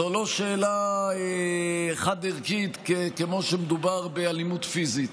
זו לא שאלה חד-ערכית, כמו שמדובר באלימות פיזית,